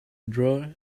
drawer